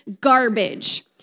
garbage